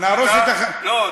נהרוס את, לא.